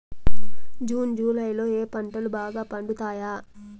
June July లో ఏ పంటలు బాగా పండుతాయా?